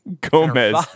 gomez